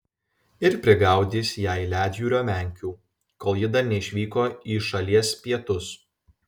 ir prigaudys jai ledjūrio menkių kol ji dar neišvyko į šalies pietus